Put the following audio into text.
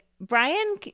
Brian